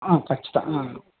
ఆ కచ్చితంగా ఆ